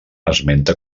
esmenta